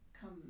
come